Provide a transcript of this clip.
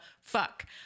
fuck